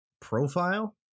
profile